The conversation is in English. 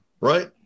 Right